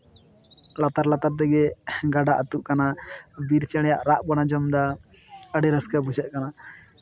ᱞᱟᱛᱟᱨ ᱞᱟᱛᱟᱨ ᱛᱮᱜᱮ ᱜᱟᱰᱟ ᱟᱹᱛᱩᱜ ᱠᱟᱱᱟ ᱵᱤᱨ ᱪᱮᱬᱮᱭᱟᱜ ᱨᱟᱜ ᱵᱚᱱ ᱟᱸᱡᱚᱢᱫᱟ ᱟᱹᱰᱤ ᱨᱟᱹᱥᱠᱟᱹ ᱵᱩᱡᱷᱟᱹᱜ ᱠᱟᱱᱟ